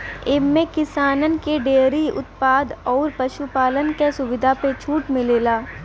एम्मे किसानन के डेअरी उत्पाद अउर पशु पालन के सुविधा पे छूट मिलेला